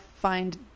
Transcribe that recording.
find